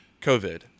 COVID